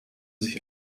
sich